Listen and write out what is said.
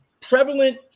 prevalent